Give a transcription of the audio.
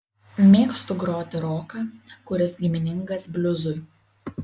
mėgstu groti roką kuris giminingas bliuzui